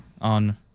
on